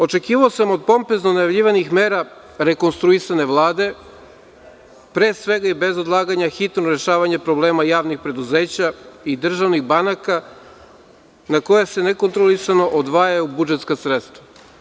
Očekivao sam od pompezno najavljivanih mera rekonstruisane Vlade pre svega, i bez odlaganja, hitno rešavanje problema javnih preduzeća i državnih banaka na koje se nekontrolisano odvajaju budžetska sredstva.